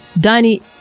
Danny